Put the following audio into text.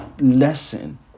lesson